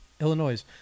Illinois